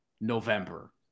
November